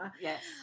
Yes